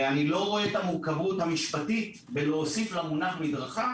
איני רואה את המורכבות המשפטית בלהוסיף למונח מדרכה